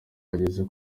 ageze